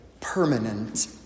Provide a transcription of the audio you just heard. permanent